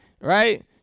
right